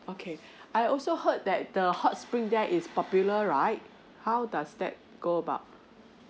okay I also heard that the hot spring there is popular right how does that go about